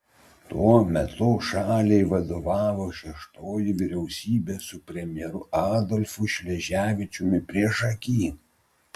tuo metu šaliai vadovavo šeštoji vyriausybė su premjeru adolfu šleževičiumi priešaky